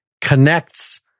connects